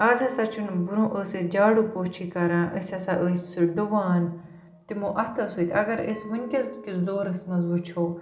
آز ہَسا چھُنہٕ برٛونٛہہ ٲسۍ أسۍ جاڈو پوچھے کَران أسۍ ہَسا ٲسۍ سُہ ڈُوان تِمو اَتھو سۭتۍ اگر أسۍ وٕنۍکٮ۪س کِس دورَس منٛز وٕچھو